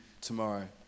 tomorrow